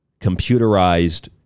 computerized